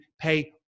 pay